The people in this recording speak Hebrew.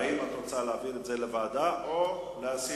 האם את רוצה להעביר את זה לוועדה או להסיר?